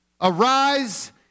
Arise